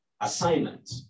assignment